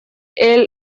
eel